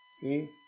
See